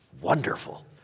wonderful